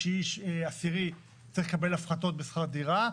תשיעי ועשירי צריך לקבל הפחתות בשכר דירה,